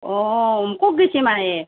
অঁ ক'ত গেছি মায়ে